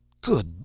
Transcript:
Good